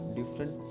different